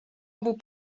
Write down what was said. obu